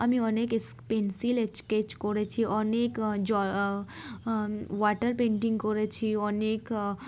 আমি অনেক pencil sketch করেছি অনেক জল ওয়াটার পেন্টিং করেছি অনেক